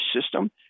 system